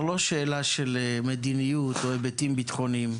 לא שאלה של מדיניות או היבטים ביטחוניים,